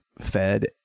fed